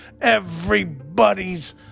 everybody's